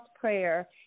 prayer